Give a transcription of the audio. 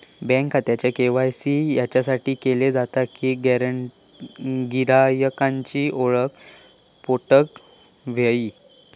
bank खात्याचे KYC याच्यासाठीच केले जाता कि गिरायकांची ओळख पटोक व्हयी